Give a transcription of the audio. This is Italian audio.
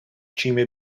cime